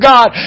God